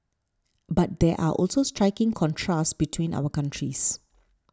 but there are also striking contrasts between our countries